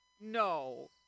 No